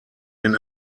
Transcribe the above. den